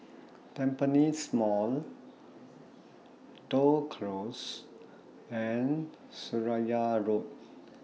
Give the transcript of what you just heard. Tampines Mall Toh Close and Seraya Road